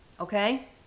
okay